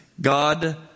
God